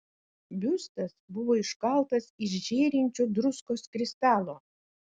biustas buvo iškaltas iš žėrinčio druskos kristalo